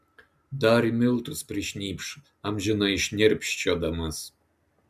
dar į miltus prišnypš amžinai šnirpščiodamas